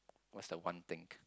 what's the one thing